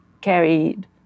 carried